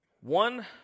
One